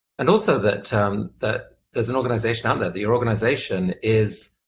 and also that um that there's an organization out there, that your organization is